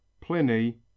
Pliny